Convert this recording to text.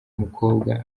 mukobwa